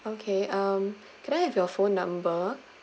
okay um can I have your phone number